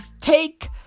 Take